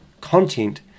content